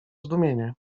zdumienie